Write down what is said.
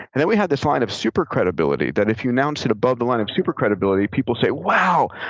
and then we have this line of super credibility that if you announce it above the line of super credibility, people say, wow,